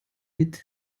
mit